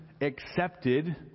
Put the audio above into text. accepted